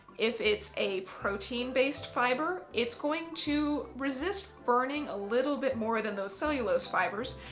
if it's a protein based fibre, it's going to resist burning a little bit more than those cellulose fibres.